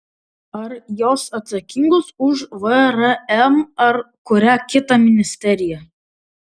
ar jos atsakingos už vrm ar kurią kitą ministeriją